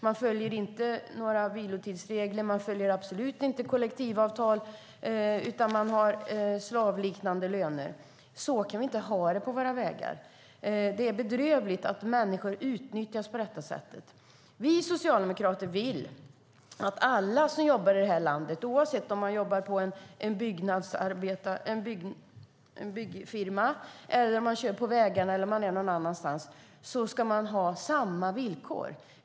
De följer inga vilotidsregler och absolut inga kollektivavtal utan betalar slavlöner. Så kan vi inte ha det på våra vägar. Det är bedrövligt att människor utnyttjas på detta sätt. Vi socialdemokrater vill att alla som jobbar i detta land, oavsett om man jobbar i en byggfirma, kör på vägarna eller är någon annanstans, ska ha samma villkor.